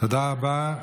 תודה רבה.